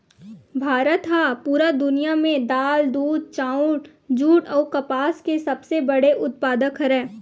भारत हा पूरा दुनिया में दाल, दूध, चाउर, जुट अउ कपास के सबसे बड़े उत्पादक हरे